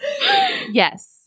yes